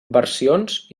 versions